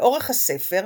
לאורך הספר,